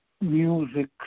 Music